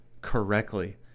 correctly